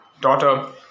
daughter